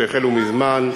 שהחלו מזמן,